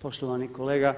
Poštovani kolega,